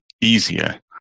easier